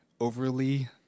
overly